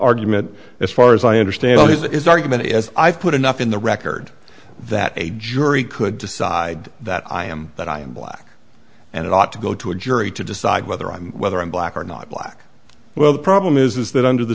argument as far as i understand it is argument as i've put enough in the record that a jury could decide that i am that i am black and ought to go to a jury to decide whether i'm whether i'm black or not black well the problem is that under the